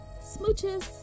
Smooches